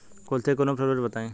कुलथी के उन्नत प्रभेद बताई?